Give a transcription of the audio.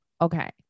okay